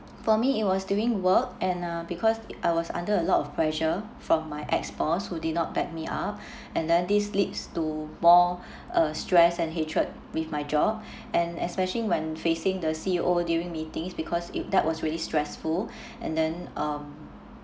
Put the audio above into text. for me it was doing work and uh because I was under a lot of pressure from my ex-boss who did not back me up and then this leads to more uh stress and hatred with my job and especially when facing the C_E_O during meetings because it that was really stressful and then um